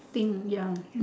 think ya